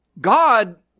God